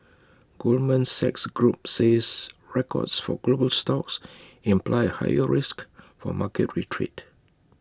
Goldman Sachs group says records for global stocks imply A higher risk for market retreat